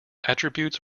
attributes